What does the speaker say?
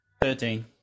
thirteen